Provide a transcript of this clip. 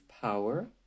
power